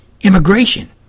Immigration